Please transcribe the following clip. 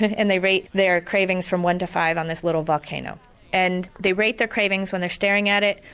and they rate their cravings from one to five on this little volcano and they rate their cravings when they're staring at it,